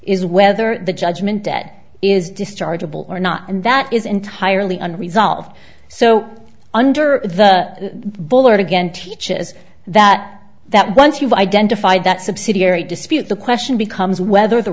is whether the judgment debt is dischargeable or not and that is entirely under resolved so under the bullard again teaches that that once you've identified that subsidiary dispute the question becomes whether the